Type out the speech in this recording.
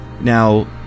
now